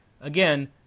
Again